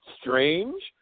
strange